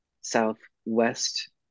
Southwest